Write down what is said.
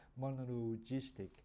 monologistic